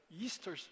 Easter